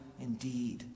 indeed